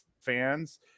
fans